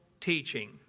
teaching